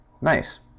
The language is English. Nice